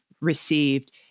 received